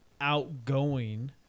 outgoing